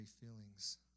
feelings